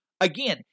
again